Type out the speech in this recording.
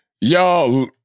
y'all